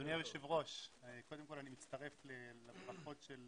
אדוני היושב-ראש, קודם כל, אני מצטרף לברכות של